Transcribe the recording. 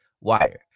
Wire